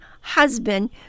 husband